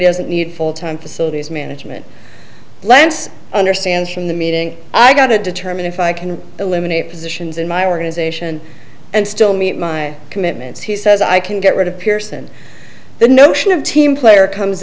doesn't need full time facilities management lance understands from the meeting i got to determine if i can eliminate positions in my organization and still meet my commitments he says i can get rid of pearson the notion of team player comes